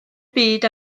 byd